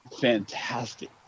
fantastic